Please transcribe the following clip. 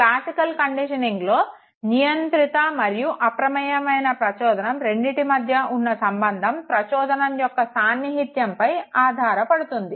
classical కండిషనింగ్లో నియంత్రిత మరియు అప్రమేయమైన ప్రచోదనం రెండిటి మధ్య ఉన్న సంబంధం ప్రచోదనం యొక్క కంటిగ్యుయిటీపై ఆధారపడుతుంది